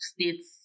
states